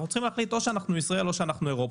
אנחנו צריכים להחליט או שאנחנו ישראל או שאנחנו אירופה.